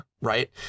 right